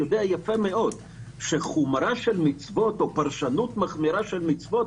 יודע יפה מאוד שחומרה של מצוות או פרשנות מחמירה של מצוות,